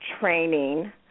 training